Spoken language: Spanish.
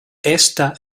esta